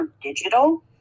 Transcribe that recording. digital